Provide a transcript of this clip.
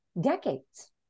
decades